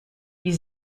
wie